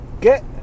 get